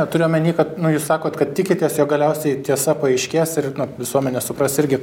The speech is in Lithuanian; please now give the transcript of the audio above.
turiu omeny kad nu jūs sakot kad tikitės jog galiausiai tiesa paaiškės ir visuomenė supras irgi